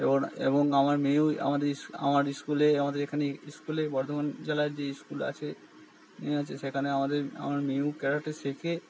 এবন এবং আমার মেয়েও আমাদের ইস আমার স্কুলে আমাদের এখানে স্কুলে বর্ধমান জেলায় যে স্কুল আছে এ আছে সেখানে আমাদের আমার মেয়েও ক্যারাটে শেখে